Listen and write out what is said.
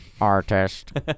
artist